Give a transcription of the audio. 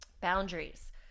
boundaries